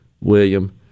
William